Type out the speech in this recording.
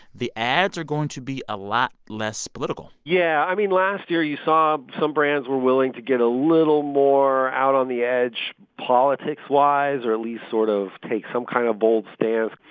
the ads are going to be a lot less political yeah. i mean, last year, you saw some brands were willing to get a little more out on the edge politics-wise or at least sort of take some kind of bold stance.